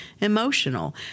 emotional